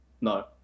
no